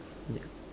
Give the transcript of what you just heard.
yup